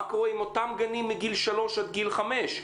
מה קורה עם אותם גנים מגיל שלוש עד גיל חמש?